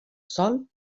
sòl